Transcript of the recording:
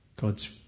God's